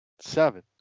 Seven